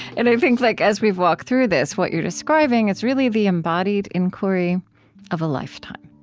and i think like as we've walked through this, what you're describing is really the embodied inquiry of a lifetime.